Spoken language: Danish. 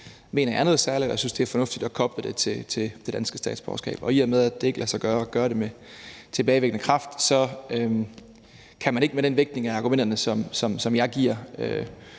mener jeg er noget særligt, og jeg synes, det er fornuftigt at koble det til det danske statsborgerskab. Og i og med at det ikke lader sig gøre at gøre det med tilbagevirkende kraft, kan man ikke med den vægtning af argumenterne, som jeg giver,